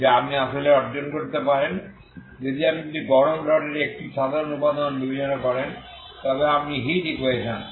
যা আপনি আসলে অর্জন করতে পারেন যদি আপনি একটি গরম রডের একটি সাধারণ উপাদান বিবেচনা করেন তবে আপনি হিট ইকুয়েশন